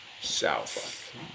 South